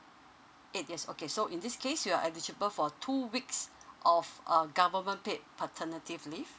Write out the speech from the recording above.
eight years okay so in this case you are eligible for two weeks of um government paid paternity leave